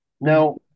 Now